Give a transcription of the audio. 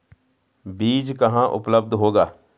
बीज कहाँ उपलब्ध होगा?